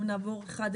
אם נעבור אחד אחר,